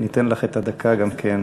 ניתן לך את הדקה גם כן,